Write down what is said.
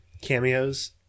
cameos